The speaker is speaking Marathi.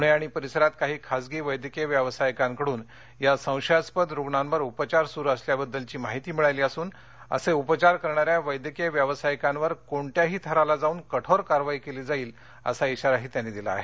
पूणे आणि परिसरात काही खासगी वैद्यकीय व्यावसायिकांकडून या संशयास्पद रुग्णांवर उपचार सुरु असल्याबद्दलची माहिती मिळाली असून असे उपचार करणाऱ्या वैद्यकीय व्यावसायिकांवर कोणत्याही थराला जाऊन कठोर कारवाई केली जाईल असा आारा त्यांनी दिला आहे